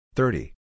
thirty